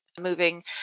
moving